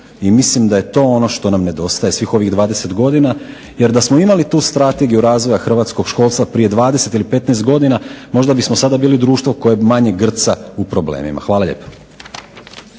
i mislim da je to ono što nam nedostaje svih ovih 20 godina. Jer da smo imali tu Strategiju razvoja hrvatskog školstva prije 20 ili 15 godina možda bismo sada bilo društvo koje manje grca u problemima. Hvala lijepa.